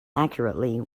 accurately